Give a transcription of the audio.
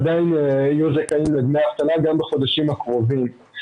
עדיין יהיו זכאים לדמי אבטלה גם בחודשים הקרובים.